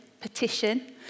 petition